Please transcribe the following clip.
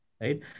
right